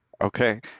Okay